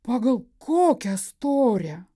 pagal kokią storę